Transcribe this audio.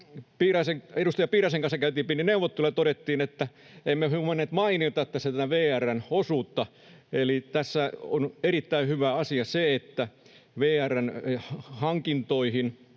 Edustaja Piiraisen kanssa käytiin pieni neuvottelu ja todettiin, että emme voi olla mainitsematta tässä tätä VR:n osuutta. Eli tässä on erittäin hyvä asia se, että VR:n hankintoihin,